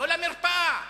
לא למרפאה,